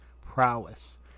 prowess